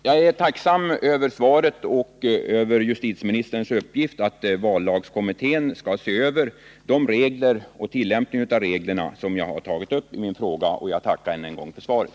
Jag är tacksam över svaret och justitieministerns uppgift att vallagskommittén skall se över de regler och tillämpningen av reglerna som jag har tagit upp i min fråga, och jag tackar än en gång för svaret.